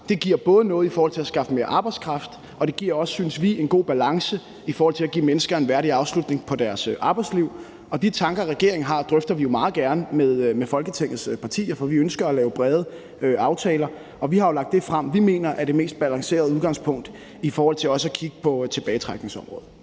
Det giver både noget i forhold til at skaffe mere arbejdskraft og, synes vi, en god balance i forhold til at give mennesker en værdig afslutning på deres arbejdsliv. De tanker, regeringen har, drøfter vi jo meget gerne med Folketingets partier, for vi ønsker at lave brede aftaler, og vi har lagt det frem, vi mener er det mest balancerede udgangspunkt i forhold til også at kigge på tilbagetrækningsområdet.